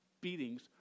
beatings